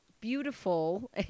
beautiful